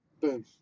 boom